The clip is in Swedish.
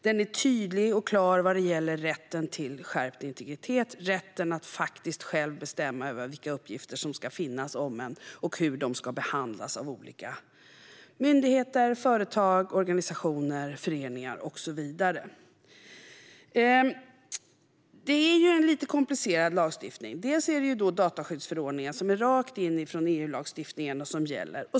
Den är tydlig och klar vad gäller skärpt integritetsskydd och rätten att faktiskt själv få bestämma över vilka uppgifter som ska finnas om en och hur de ska behandlas av olika myndigheter, företag, organisationer, föreningar och så vidare Det är en lite komplicerad lagstiftning. Det är dataskyddsförordningen, som kommer rakt in från EU-lagstiftningen, som gäller.